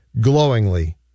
glowingly